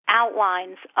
outlines